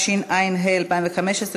הנה גם נורית קורן.